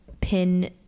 pin